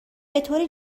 بطور